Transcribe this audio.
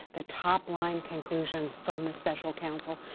the top line conclusions from the special counsel,